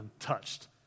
untouched